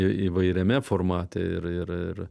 įvairiame formate ir ir ir